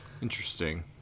Interesting